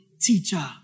teacher